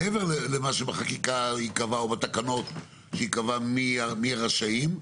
מעבר למה שבחקיקה או בתקנות ייקבע מי רשאים,